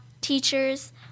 teachers